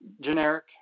generic